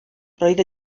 roedd